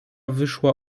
wyszła